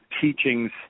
teachings